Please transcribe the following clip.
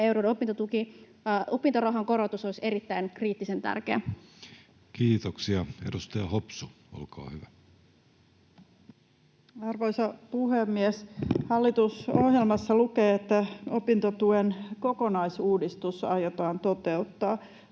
opintorahan korotus olisi erittäin kriittisen tärkeä. Kiitoksia. — Edustaja Hopsu, olkaa hyvä. Arvoisa puhemies! Hallitusohjelmassa lukee, että opintotuen kokonaisuudistus aiotaan toteuttaa.